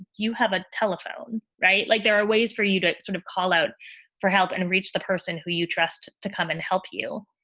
you have a telephone, right? like there are ways for you to sort of call out for help and reach the person who you trust to come and help you.